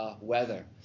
weather